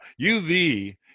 UV